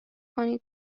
کنید